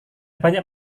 banyak